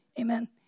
Amen